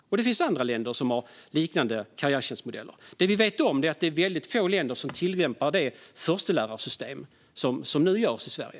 Och det finns andra länder som har liknande karriärtjänstmodeller. Det vi vet är att få länder tillämpar det förstelärarsystem som nu finns i Sverige.